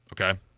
okay